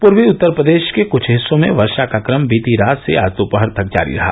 पूर्वी उत्तर प्रदेष के कुछ हिस्सों में वर्शा का क्रम बीती रात से आज दोपहर तक जारी रहा